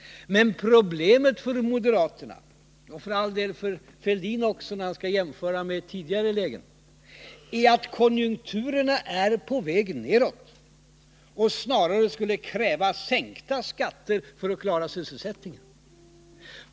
Men problemet för moderaterna — och för all del även för Thorbjörn Fälldin när han skall jämföra med tidigare lägen — är att konjunkturen är på väg nedåt och snarare skulle kräva sänkta skatter för att klara sysselsättningen.